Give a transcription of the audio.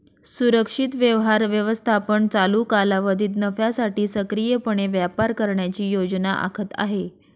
सुरक्षित व्यवहार व्यवस्थापन चालू कालावधीत नफ्यासाठी सक्रियपणे व्यापार करण्याची योजना आखत आहे